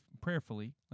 prayerfully